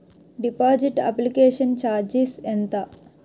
Deposit application charges ఎంత?